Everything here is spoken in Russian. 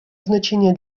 значение